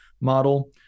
model